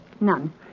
None